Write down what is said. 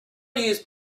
use